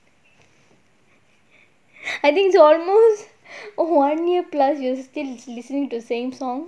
ringtone one year plus you will still listening to same song